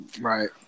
Right